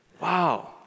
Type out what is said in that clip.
Wow